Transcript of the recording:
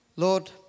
Lord